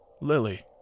Lily